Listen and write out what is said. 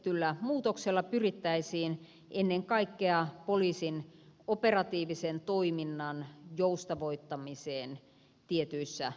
esitetyllä muutoksella pyrittäisiin ennen kaikkea poliisin operatiivisen toiminnan joustavoittamiseen tietyissä tilanteissa